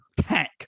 tank